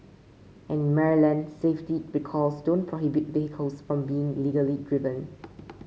and in Maryland safety recalls don't prohibit vehicles from being legally driven